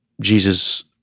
Jesus